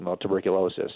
tuberculosis